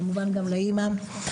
כמובן, גם לאימא.